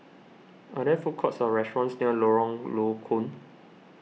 are there food courts or restaurants near Lorong Low Koon